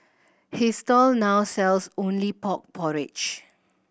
his stall now sells only pork porridge